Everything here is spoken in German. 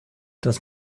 das